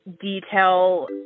detail